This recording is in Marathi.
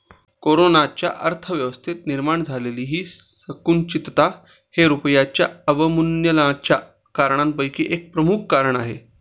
कोरोनाच्यामुळे अर्थव्यवस्थेत निर्माण झालेली संकुचितता हे रुपयाच्या अवमूल्यनाच्या कारणांपैकी एक प्रमुख कारण आहे